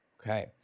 okay